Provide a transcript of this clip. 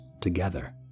together